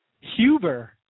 Huber